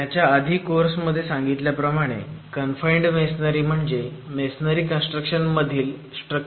हयच्या आधी कोर्स मध्ये सांगितल्याप्रमाणे कनफाईण्ड मेसोनरी म्हणजे मेसोनरी कन्स्ट्रक्शन मधील 'स्ट्रक्चरल टायपोलॉजी'